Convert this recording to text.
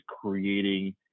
creating